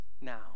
now